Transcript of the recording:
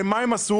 מה הם עשו?